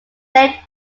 lake